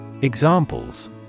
Examples